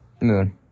Moon